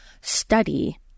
study